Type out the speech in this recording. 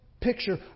picture